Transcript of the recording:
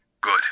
Good